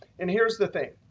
and here's the thing,